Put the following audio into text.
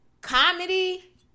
comedy